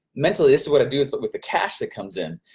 mentally, this is what i do with but with the cash that comes in.